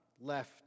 left